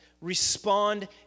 respond